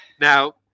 Now